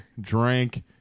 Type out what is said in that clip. drank